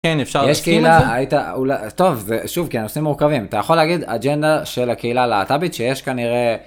כן אפשר להסכים על זה? היית אולי טוב זה שוב כי הנושאים מורכבים אתה יכול להגיד אג'נדה של הקהילה להט"בית שיש כנראה.